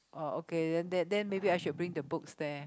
oh okay that then maybe I should bring the books there